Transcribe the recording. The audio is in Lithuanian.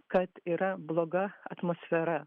kad yra bloga atmosfera